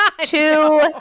Two